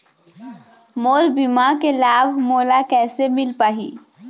मोर बीमा के लाभ मोला कैसे मिल पाही?